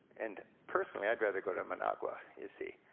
and personally, i'd rather go to managua you see.